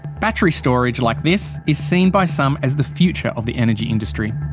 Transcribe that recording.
battery storage like this is seen by some as the future of the energy industry.